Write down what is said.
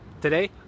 Today